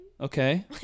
Okay